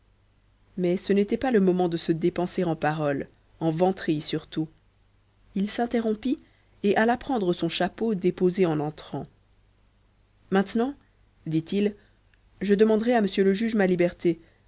mais ce n'était pas le moment de se dépenser en paroles en vanteries surtout il s'interrompit et alla prendre son chapeau déposé en entrant maintenant dit-il je demanderai à monsieur le juge ma liberté